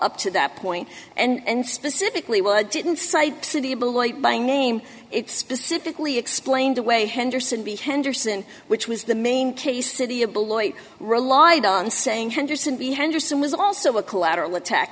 up to that point and specifically didn't side city beloit by name it specifically explained away henderson be henderson which was the main case city of beloit relied on saying henderson we henderson was also a collateral attack